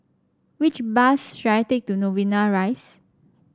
which bus should I take to Novena Rise